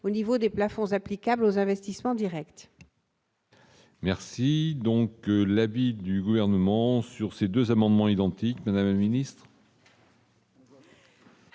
au niveau des plafonds applicables aux investissements Directs. Merci donc l'avis du gouvernement sur ces 2 amendements identiques ni Nice.